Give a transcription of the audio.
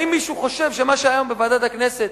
האם מישהו חושב שמה שהיה היום בוועדת הכנסת